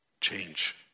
change